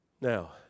Now